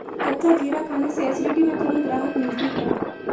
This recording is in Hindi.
कच्चा जीरा खाने से एसिडिटी में तुरंत राहत मिलती है